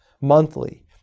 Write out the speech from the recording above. monthly